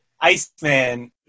Iceman